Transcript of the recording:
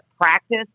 practice